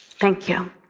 thank you.